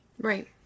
Right